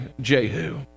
Jehu